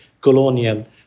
colonial